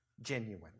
genuine